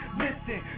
listen